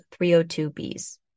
302Bs